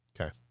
Okay